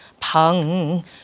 pang